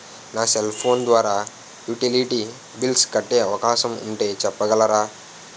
నా cell phone ద్వారా utility bills కట్టే అవకాశం ఉంటే చెప్పగలరా?